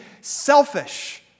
selfish